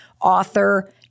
author